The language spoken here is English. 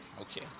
Okay